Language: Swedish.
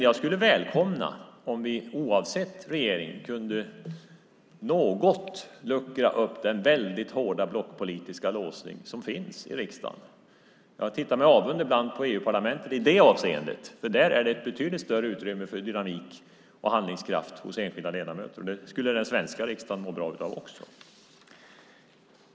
Jag skulle välkomna om vi oavsett regering kunde luckra upp den väldigt hårda blockpolitiska låsning som finns i riksdagen något. Jag tittar ibland med avund på EU-parlamentet i det avseendet, för där finns det ett betydligt större utrymme för dynamik och handlingskraft hos enskilda ledamöter. Det skulle den svenska riksdagen må bra av också.